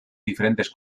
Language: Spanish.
diferentes